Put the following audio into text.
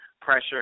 pressure